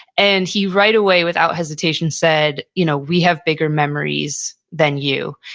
and he right away without hesitation said, you know we have bigger memories than you.